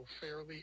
fairly